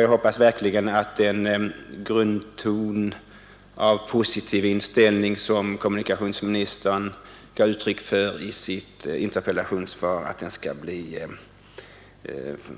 Jag hoppas verkligen att den grundton av positiv inställning som kommunikationsministern gav uttryck för i sitt interpellationssvar skall